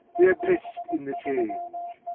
we are blessed in the change